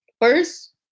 first